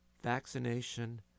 vaccination